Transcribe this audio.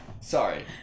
Sorry